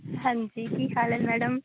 ਹਾਂਜੀ ਕੀ ਹਾਲ ਹੈ ਮੈਡਮ